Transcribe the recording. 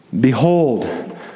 Behold